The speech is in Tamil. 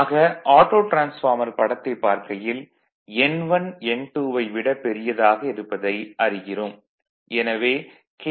ஆக ஆட்டோ டிரான்ஸ்பார்மர் படத்தைப் பார்க்கையில் N1 N2 வை விடப் பெரியதாக இருப்பதை அறிகிறோம்